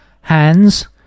hands